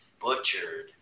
butchered